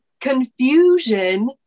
confusion